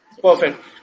Perfect